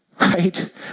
Right